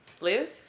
live